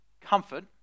comfort